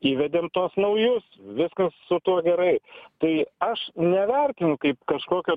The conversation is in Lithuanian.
įvedėm tuos naujus viskas su tuo gerai tai aš nevertinu kaip kažkokio